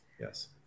yes